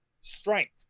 strength